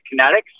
kinetics